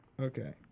okay